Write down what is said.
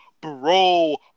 bro